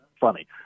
funny